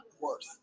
worse